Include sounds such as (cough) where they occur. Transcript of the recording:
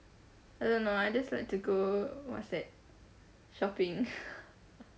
I don't know I just like to go what's that shopping (laughs)